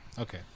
Okay